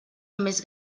més